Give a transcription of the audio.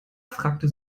fragte